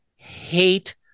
hate